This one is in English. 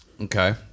Okay